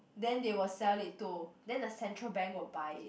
then they will sell it to then the Central Bank will buy it